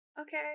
okay